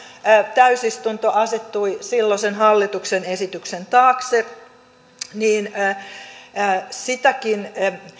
täysistunto asettui silloisen hallituksen esityksen taakse joten sitäkin